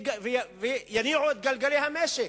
והם יניעו את גלגלי המשק.